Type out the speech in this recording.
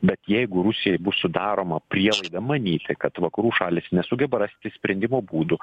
bet jeigu rusijai bus sudaroma prielaida manyti kad vakarų šalys nesugeba rasti sprendimo būdų